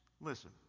Listen